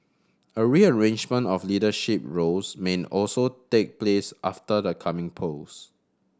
a rearrangement of leadership roles may also take place after the coming polls